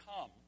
come